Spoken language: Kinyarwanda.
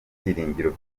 byiringiro